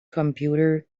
computer